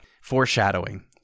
foreshadowing